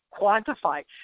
quantify